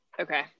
Okay